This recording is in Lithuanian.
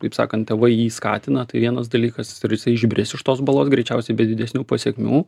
taip sakant tėvai jį skatina tai vienas dalykas jisai išbris iš tos balos greičiausiai be didesnių pasekmių